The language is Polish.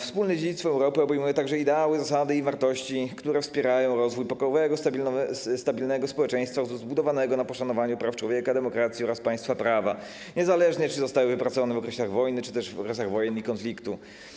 Wspólne dziedzictwo Europy obejmuje także ideały, zasady i wartości, które wspierają rozwój pokojowego i stabilnego społeczeństwa zbudowanego na poszanowaniu praw człowieka, demokracji oraz państwa prawa, niezależnie, czy zostały wypracowane w okresach rozwoju czy też w okresach wojen i konfliktów.